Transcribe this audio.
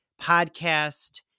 podcast